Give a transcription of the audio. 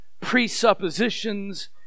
presuppositions